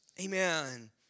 Amen